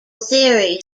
theory